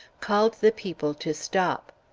called the people to stop.